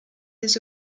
des